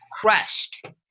crushed